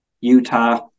Utah